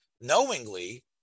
knowingly